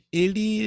ele